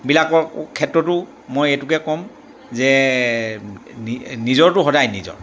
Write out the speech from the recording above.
বিলাকৰ ক্ষেত্ৰতো মই এইটোকে ক'ম যে নি নিজৰটো সদায় নিজৰ